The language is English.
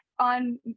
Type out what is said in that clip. on